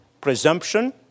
presumption